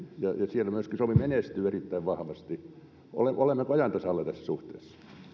siellä myöskin suomi menestyy erittäin vahvasti olemmeko ajan tasalla tässä suhteessa